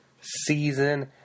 season